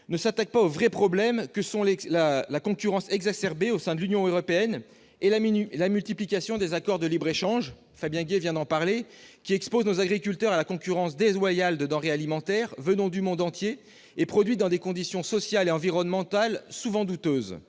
ne s'attaque pas aux véritables problèmes que sont la concurrence exacerbée au sein de l'Union européenne et la multiplication des accords de libre-échange- Fabien Gay vient d'en parler -, qui exposent nos agriculteurs à la concurrence déloyale de denrées alimentaires venant du monde entier et qui sont produites dans des conditions sociales et environnementales souvent douteuses.